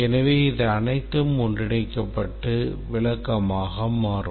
எனவே இது அனைத்தும் ஒன்றிணைக்கப்பட்டு விளக்கமாக மாறும்